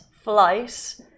flight